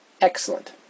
excellent